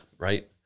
Right